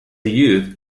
youth